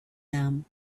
them